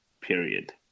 period